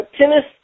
tennis